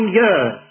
years